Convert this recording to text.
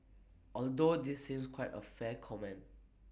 although this seems quite A fair comment